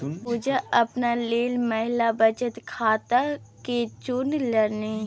पुजा अपना लेल महिला बचत खाताकेँ चुनलनि